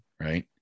Right